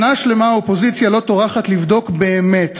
שנה שלמה האופוזיציה לא טורחת לבדוק באמת,